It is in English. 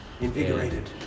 Invigorated